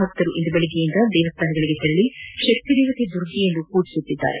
ಭಕ್ತರು ಇಂದು ಬೆಳಿಗ್ಗೆಯೇ ದೇವಸ್ಥಾನಗಳಿಗೆ ತೆರಳಿ ಶಕ್ತಿದೇವತೆ ದುರ್ಗೆಯನ್ನು ಪೂಜಿಸಿದರು